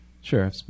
sure